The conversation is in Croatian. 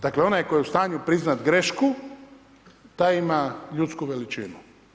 Dakle, onaj tko je u stanju priznat grešku, taj ima ljudsku veličinu.